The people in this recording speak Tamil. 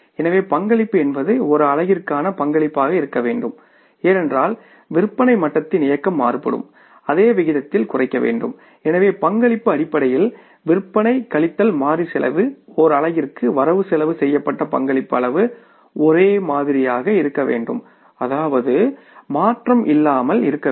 எனவே பங்களிப்பு என்பது ஒரு அலகிற்கான பங்களிப்பாக இருக்க வேண்டும் ஏனென்றால் விற்பனை மட்டத்தின் இயக்கம் மாறுபடும் அதே விகிதத்தில் குறைக்க வேண்டும் எனவே பங்களிப்பு அடிப்படையில் விற்பனை கழித்தல் மாறி செலவு ஒரு அலகிற்கு வரவுசெலவு செய்யப்பட்ட பங்களிப்பு அளவு ஒரே மாதிரியாக இருக்க வேண்டும் அதாவது மாற்றமில்லாமல் இருக்கவேண்டும்